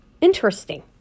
interesting